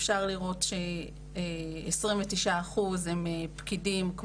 אפשר לראות שכ-29% הן בתפקידי הפקידות השונים,